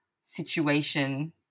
situation